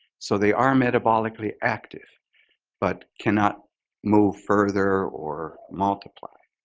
so they are metabolically active but cannot move further or multiply.